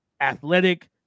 athletic